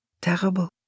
Terrible